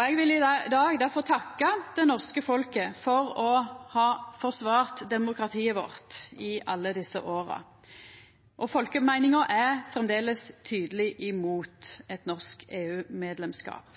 Eg vil i dag derfor takka det norske folket for å ha forsvart demokratiet vårt i alle desse åra. Folkemeininga er framleis tydeleg imot eit norsk EU-medlemskap.